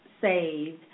saved